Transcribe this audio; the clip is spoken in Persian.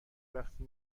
وقتی